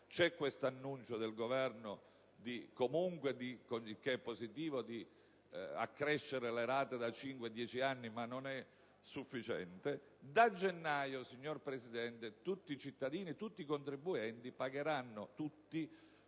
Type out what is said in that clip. C'è questo annuncio positivo del Governo di accrescere le rate da 5 a 10 anni, ma non è sufficiente. Da gennaio, signor Presidente, tutti i cittadini e tutti i contribuenti pagheranno -